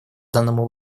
данному